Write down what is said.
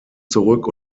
zurück